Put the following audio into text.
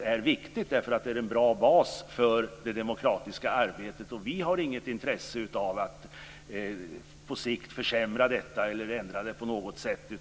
Det är viktigt, därför att det är en bra bas för det demokratiska arbetet. Vi har inget intresse av att på sikt försämra det eller ändra det på något sätt.